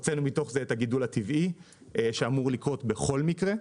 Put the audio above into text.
הוצאנו מתוך זה את הגידול הטבעי שאמור לקרות בכל מקרה,